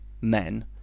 men